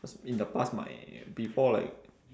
cause in the past my before like